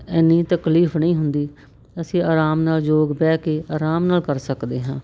ਇੰਨੀ ਤਕਲੀਫ ਨਹੀਂ ਹੁੰਦੀ ਅਸੀਂ ਆਰਾਮ ਨਾਲ ਯੋਗ ਬਹਿ ਕੇ ਆਰਾਮ ਨਾਲ ਕਰ ਸਕਦੇ ਹਾਂ